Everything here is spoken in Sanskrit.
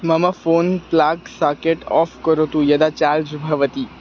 मम फ़ोन् प्लग् साकेट् आफ़् करोतु यदा चार्ज् भवति